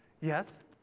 Yes